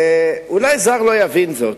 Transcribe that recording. אולי זר לא יבין זאת,